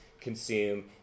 consume